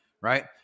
Right